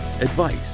advice